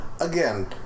again